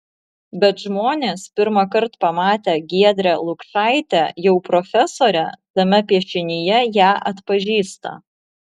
bet žmonės pirmąkart pamatę giedrę lukšaitę jau profesorę tame piešinyje ją atpažįsta